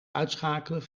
uitschakelen